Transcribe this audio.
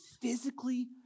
physically